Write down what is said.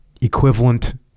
equivalent